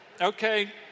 Okay